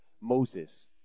Moses